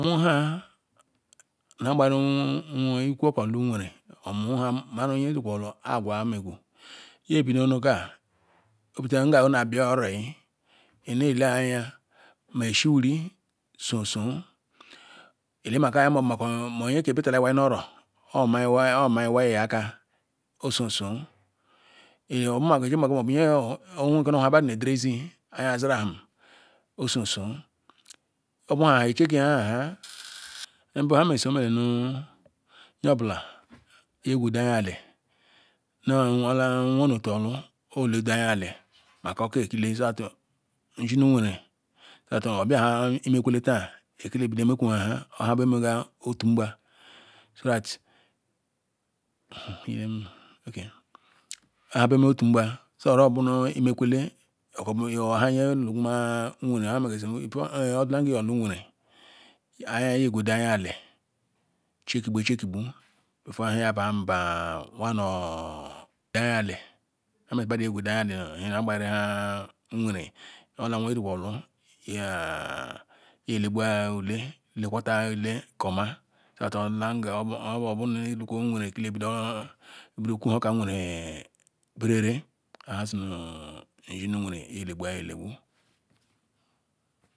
Nhuha ni nhe gbayara ikwu okah olu-nweve mara nye agwa nmegu nyebido nu kah obite ngam nhana bia oro ineh ele-anya meh shi wuri soh soh elegumaka anya moh nyeke bitali iwai nu oro omaya mah iwai akah osog sih elemako nu ewere ikeh badu di ni ederezi anya zila nham osoh soh obu-ha nbu nha mere su check nhahaya nbwnbu nyeobula igwudayali nu owhorla nyeotu orlu orlu oleyedu anya ali maka okah ekile so that njinu nwere that obah nhe-emekwele tah edido meku-ah nhehaweh megah etu ngba so that obu imekwele okobu nya-nhe lugu mah nwere orhamene zi ordyla nga izor orlu nwere ayi ijo gweda anya ali check gbu check gbu before ahahya ban ban one or anya ali madu ni nhe gbayana nwere ola nwoi eliwo orlu yeah iyelegbuah ule lekwata ule enmah udula nge ilugo nwere nu ibodo kuma okah nwere berele. obu nhiha zina nji nu nwere legbu-ah elegbu.